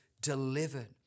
delivered